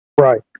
Right